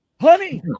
Honey